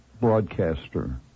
broadcaster